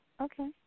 Okay